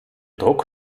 druck